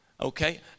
Okay